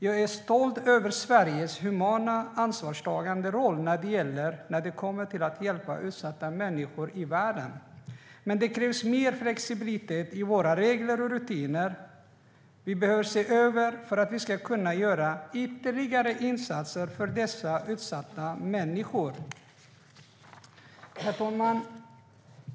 Jag är stolt över Sveriges humana och ansvarstagande roll när det kommer till att hjälpa utsatta människor i världen. Men det krävs mer flexibilitet i våra regler och rutiner. Vi behöver se över detta för att vi ska kunna göra ytterligare insatser för dessa utsatta människor. Herr talman!